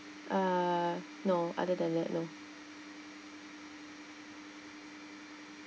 uh no other than that no